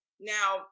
Now